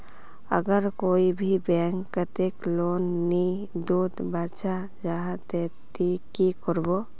अगर कोई भी बैंक कतेक लोन नी दूध बा चाँ जाहा ते ती की करबो?